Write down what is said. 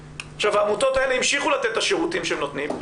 העמותות האלה המשיכו לתת את השירותים שהן נותנות,